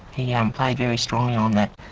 he um played very strongly on that.